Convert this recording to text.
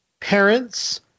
parents